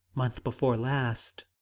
month before last!